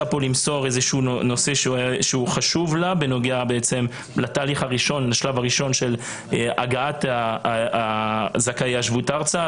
למסור נושא שחשוב לה בנוגע לשלב הראשון של הגעת זכאי השבות ארצה.